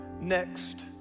Next